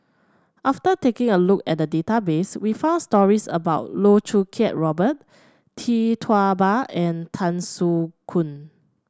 after taking a look at the database we found stories about Loh Choo Kiat Robert Tee Tua Ba and Tan Soo Khoon